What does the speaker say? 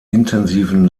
intensiven